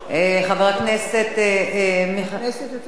הכנסת יוצאת לפגרה.